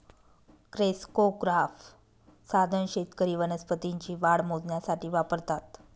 crescograph साधन शेतकरी वनस्पतींची वाढ मोजण्यासाठी वापरतात